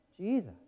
Jesus